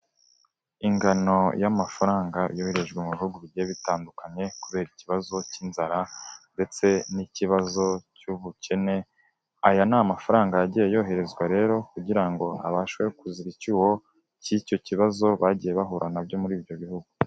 Ingano y'amafaranga yoherejwe mu bihugu bigiye bitandukanye kubera ikibazo cy'inzara ndetse n'ikibazo cy'ubukene, aya ni amafaranga yagiye yoherezwa rero kugira ngo abashe kuziba icyuho cy'icyo kibazo bagiye bahura nabyo muri ibyo bihugu.